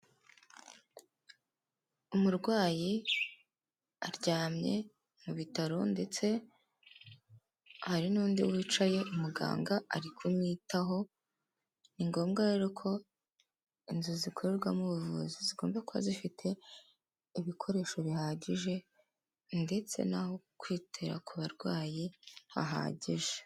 Umurwayi aryamye mu bitaro ndetse hari n'undi wicaye umuganga ari kumwitaho, ni ngombwa rero ko inzu zikorerwamo ubuvuzi zigomba kuba zifite ibikoresho bihagije ndetse n'aho kwitira ku barwayi hahagije.